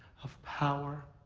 of power,